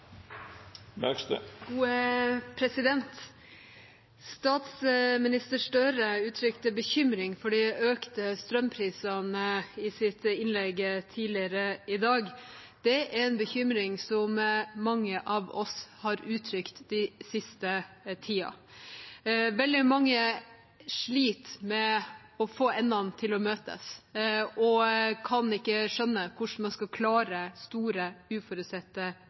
Statsminister Støre uttrykte bekymring for de økte strømprisene i sitt innlegg tidligere i dag. Det er en bekymring mange av oss har uttrykt den siste tiden. Veldig mange sliter med å få endene til å møtes og kan ikke skjønne hvordan de skal klare store, uforutsette